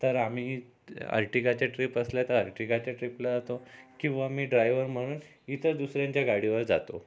तर आम्ही अर्टिकाच्या ट्रिप असल्या तर अर्टिकाच्या ट्रिपला जातो किंवा मी ड्रायव्हर म्हणून इथं दुसऱ्यांच्या गाडीवर जातो